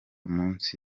munsi